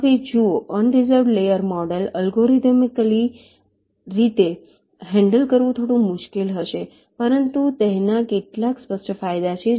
હવેજુઓ unreserved layer model algorithmical રીતે handle કરવું થોડું મુશ્કેલ હશે પરંતુ તેના કેટલાક સ્પષ્ટ ફાયદા છે